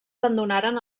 abandonaren